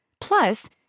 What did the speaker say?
Plus